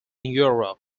europe